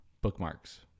bookmarks